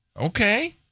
Okay